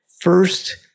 first